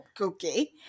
okay